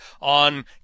on